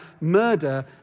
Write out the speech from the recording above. murder